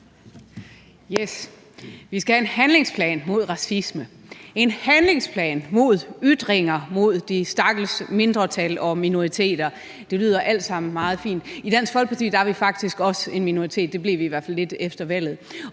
vi skal have en handlingsplan mod racisme, en handlingsplan mod ytringer mod de stakkels mindretal og minoriteter. Det lyder alt sammen meget fint. I Dansk Folkeparti er vi faktisk også en minoritet – det blev vi i hvert fald lidt efter valget